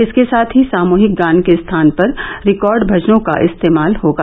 इसके साथ ही सामूहिक गान के स्थान पर रिकार्ड भजनों का इस्तेमाल होगा